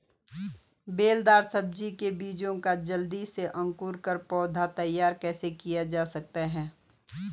बेलदार सब्जी के बीजों का जल्दी से अंकुरण कर पौधा तैयार कैसे किया जा सकता है?